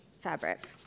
fabric